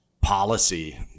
policy